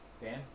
Dan